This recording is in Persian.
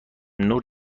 نور